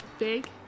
big